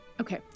Okay